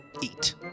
eat